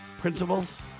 principles